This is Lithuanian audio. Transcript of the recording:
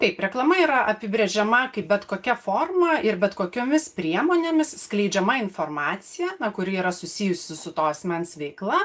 taip reklama yra apibrėžiama kaip bet kokia forma ir bet kokiomis priemonėmis skleidžiama informacija na kuri yra susijusi su to asmens veikla